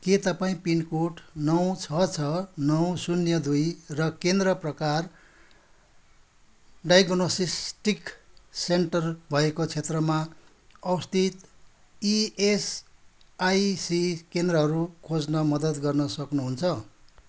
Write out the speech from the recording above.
के तपाईँँ पिनकोड नौ छ छ नौ शून्य दुई र केन्द्र प्रकार डायग्नोस्टिक सेन्टर भएको क्षेत्रमा अवस्थित इएसआइसी केन्द्रहरू खोज्न मद्दत गर्न सक्नुहुन्छ